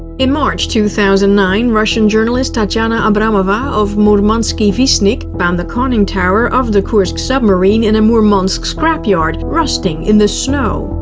in march two thousand and nine, russian journalist tatyana abramova of murmanski vestnik found the conning tower of the kursk submarine in a murmansk scrapyard, rusting in the snow.